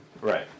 Right